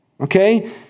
Okay